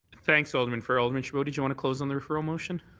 thanks, alderman farrell. alderman chabot, did you want to close on the referral motion?